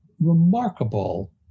remarkable